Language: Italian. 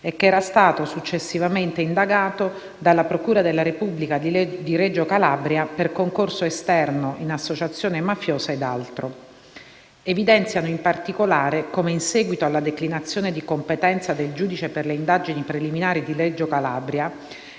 e che era stato, successivamente, indagato dalla procura della Repubblica di Reggio Calabria per concorso esterno in associazione mafiosa ed altro. Evidenziano, in particolare, come in seguito alla declinazione di competenza del giudice per le indagini preliminari di Reggio Calabria,